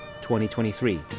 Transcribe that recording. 2023